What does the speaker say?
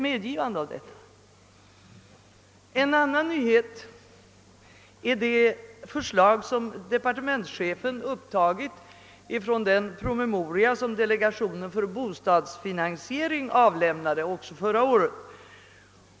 En annan nyhet är det förslag som departementschefen upptagit med anledning av den promemoria som dele gationen för bostadsfinansiering avlämnade förra året.